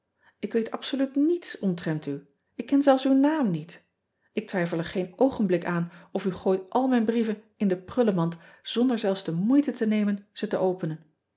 k weet absoluut niets omtrent u ik ken zelfs uw naam niet k twijfel er geen oogenblik aan of u gooit al mijn brieven in de prullemand zonder zelfs de moeite te nemen ze te openen